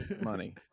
money